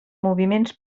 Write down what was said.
moviments